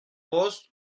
poste